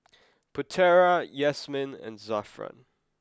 Putera Yasmin and Zafran